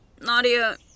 Nadia